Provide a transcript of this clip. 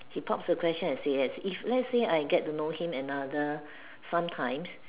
he pops the question and say yes if lets say I get to know him another some times